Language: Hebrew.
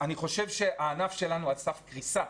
אני חושב שהענף שלנו על סף קריסה,